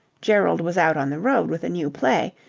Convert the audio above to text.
gerald was out on the road with a new play,